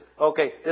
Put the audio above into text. Okay